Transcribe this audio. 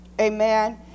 Amen